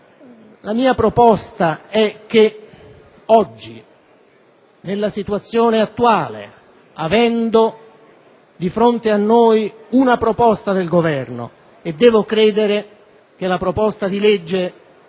La mia proposta è che nella situazione attuale, avendo di fronte a noi una proposta del Governo (e devo credere che il disegno di legge